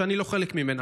שאני לא חלק ממנה,